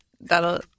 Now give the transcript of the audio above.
that'll